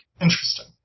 Interesting